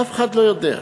אף אחד לא יודע.